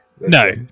No